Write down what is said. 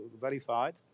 verified